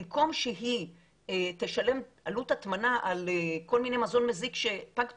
במקום שהיא תשלם עלות הטמנה על כל מיני מזון מזיק שפג תוקפו,